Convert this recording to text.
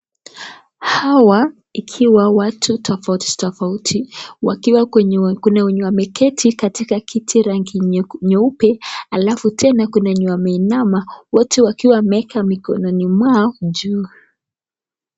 Hawa, ikiwa watu tofauti tofauti, wakiwa kwenye kuna wenye wameketi katika kiti rangi nye nyeupe, alafu tena kuna wenye wameinama wote wakiwa wameeka mikononi mwao juu.